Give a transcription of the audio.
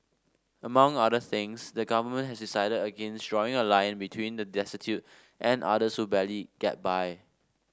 among other things the government has decided against drawing a line between the destitute and others who barely get by